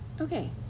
Okay